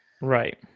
right